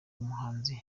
umuhanzi